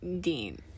Dean